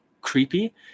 creepy